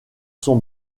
sont